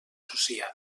social